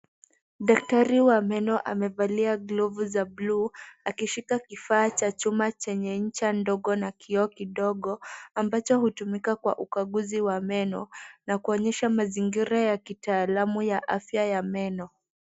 Daktari wa meno amevalia glovu za blue , akishika kifaa cha chuma chenye ncha ndogo na kioo kidogo, ambacho hutumika kwa ukaguzi wa meno, na kuonyesha mazingira ya kitaalamu ya afya meno.